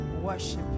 worship